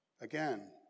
Again